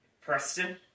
Preston